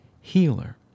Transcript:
healer